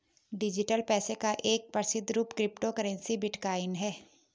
digital पैसे का एक प्रसिद्ध रूप क्रिप्टो करेंसी बिटकॉइन है